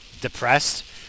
depressed